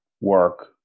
work